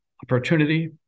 opportunity